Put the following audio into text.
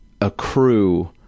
accrue